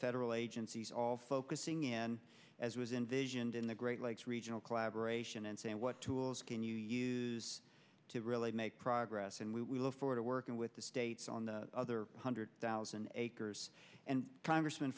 federal agencies all focusing in as was invasions in the great lakes regional collaboration and saying what tools can you use to really make progress and we look forward to working with the states on the other one hundred thousand acres and congressm